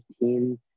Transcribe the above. team